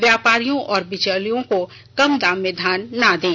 व्यापारियों और बिचौलियों को कम दाम में धान ना दें